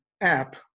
app